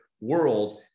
world